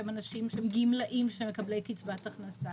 שהם אנשים שהם גמלאים, שהם מקבלי קצבת הכנסה,